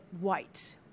white